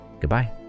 Goodbye